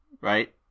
right